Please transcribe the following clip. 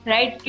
Right